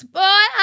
boy